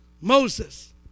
Moses